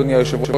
אדוני היושב-ראש,